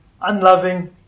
unloving